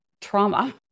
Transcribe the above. trauma